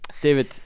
David